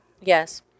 yes